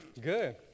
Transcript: Good